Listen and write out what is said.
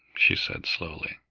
she said slowly,